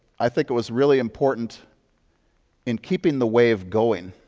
i think it was really important in keeping the wave going.